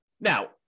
Now